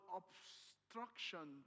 obstruction